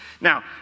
Now